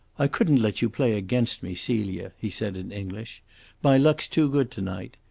i couldn't let you play against me, celia, he said, in english my luck's too good to-night.